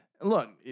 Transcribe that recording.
look